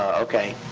okay.